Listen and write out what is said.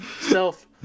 self